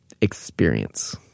experience